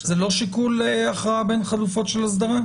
האם זה לא שיקול הכרעה בין חלופות של אסדרה?